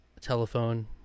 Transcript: Telephone